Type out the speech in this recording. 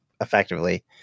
effectively